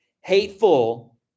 hateful